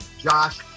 Josh